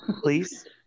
please